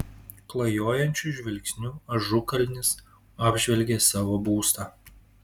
klajojančiu žvilgsniu ažukalnis apžvelgė savo būstą